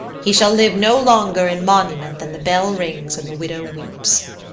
he shall live no longer in monument than the bell rings and the widow weeps.